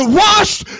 washed